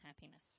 happiness